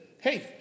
hey